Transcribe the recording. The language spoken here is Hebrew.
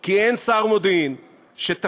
כי אין שר מודיעין שתפקידו,